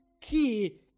key